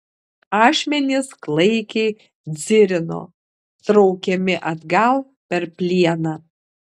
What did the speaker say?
ašmenys klaikiai dzirino traukiami atgal per plieną